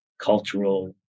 cultural